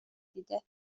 دیده